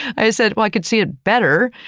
i said, i could see it better.